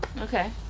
okay